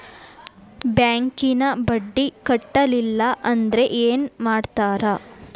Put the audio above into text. ಬ್ಯಾಂಕಿನ ಬಡ್ಡಿ ಕಟ್ಟಲಿಲ್ಲ ಅಂದ್ರೆ ಏನ್ ಮಾಡ್ತಾರ?